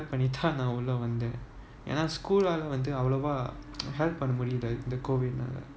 பண்ணிதான்நான்உள்ளவந்தேன்எனா:panni thaan naan ulla vanthenna school lah வந்துஅவ்ளோவா:vanthu avlovo help பண்ணமுடியல:panna mudiyala the COVID lah